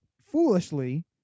foolishly